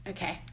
Okay